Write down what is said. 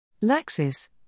Laxis